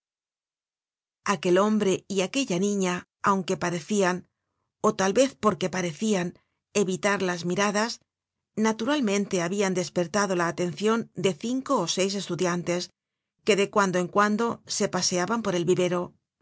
aquel hombre y aquella niña aunque parecian ó tal vez porque parecian evitar las miradas naturalmente habian despertado la aten cion de cinco ó seis estudiantes que de cuando en cuando se paseaban por el vivero